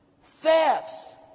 Thefts